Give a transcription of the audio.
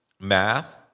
math